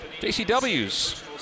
JCWs